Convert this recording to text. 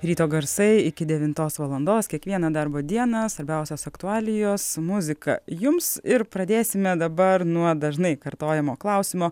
ryto garsai iki devintos valandos kiekvieną darbo dieną svarbiausios aktualijos muzika jums ir pradėsime dabar nuo dažnai kartojamo klausimo